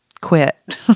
quit